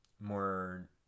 more